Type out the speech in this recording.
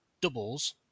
doubles